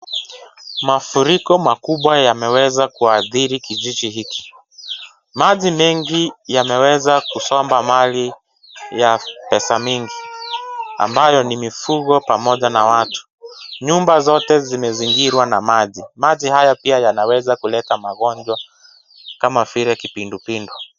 Mafuriko makubwa yameweza kuadhiri kijiji hiki. Maji mengi yameweza kusomba mali ya pesa mingi ambayo ni mifugo pamoja na watu. Nyumba zote zimezingirwa na maji. Maji haya pia yanaweza kuleta magonjwa kama vile kipindupindu.